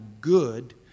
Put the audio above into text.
good